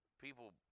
people